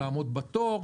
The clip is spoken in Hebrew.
לעמוד בתור,